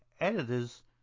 editors